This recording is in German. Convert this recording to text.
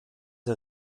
der